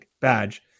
badge